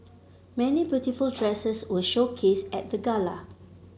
many beautiful dresses were showcased at the gala